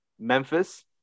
Memphis